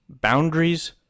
boundaries